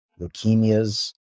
leukemias